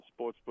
sportsbook